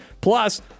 plus